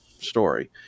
story